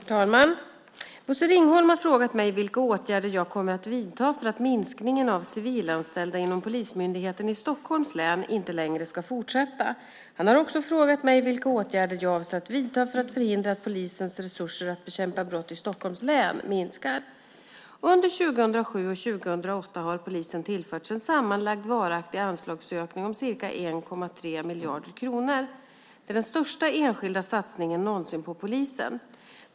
Herr talman! Bosse Ringholm har frågat mig vilka åtgärder jag kommer att vidta för att minskningen av civilanställda inom Polismyndigheten i Stockholms län inte längre ska fortsätta. Han har också frågat mig vilka åtgärder jag avser att vidta för att förhindra att polisens resurser för att bekämpa brott i Stockholms län minskar. Under 2007 och 2008 har polisen tillförts en sammanlagd varaktig anslagsökning om ca 1,3 miljarder kronor. Det är den största enskilda satsningen någonsin på polisen.